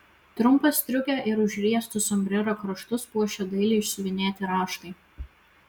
trumpą striukę ir užriestus sombrero kraštus puošė dailiai išsiuvinėti raštai